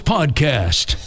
Podcast